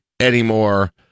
anymore